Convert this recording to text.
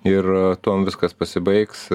ir tuo viskas pasibaigs